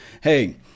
Hey